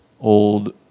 old